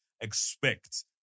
expect